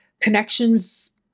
connections